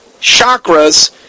chakras